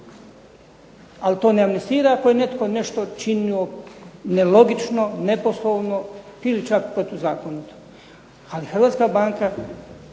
Ali to ne amnestira ako je netko nešto činio nelogično, neposlovno ili čak protuzakonito. Ali Hrvatska narodna